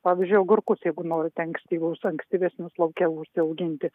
pavyzdžiui agurkus jeigu norite ankstyvus ankstyvesnius lauke užsiauginti